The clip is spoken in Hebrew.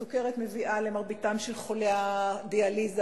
הסוכרת מביאה למרביתם של חולי הדיאליזה,